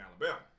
Alabama